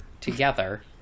together